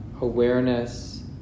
awareness